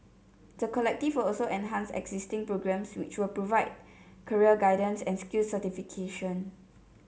the collective will also enhance existing programmes which provide career guidance and skills certification